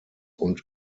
und